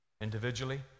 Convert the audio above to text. Individually